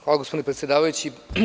Hvala, gospodine predsedavajući.